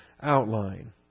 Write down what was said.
outline